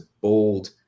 bold